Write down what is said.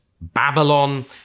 Babylon